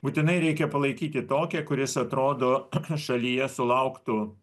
būtinai reikia palaikyti tokį kuris atrodo šalyje sulauktų